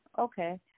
Okay